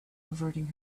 averting